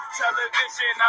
television